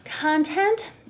content